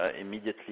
immediately